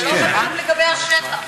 זה לא מדבר לגבי השטח.